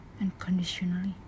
unconditionally